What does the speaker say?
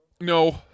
No